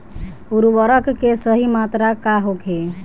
उर्वरक के सही मात्रा का होखे?